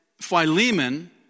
Philemon